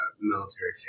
military